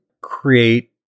create